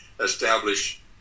establish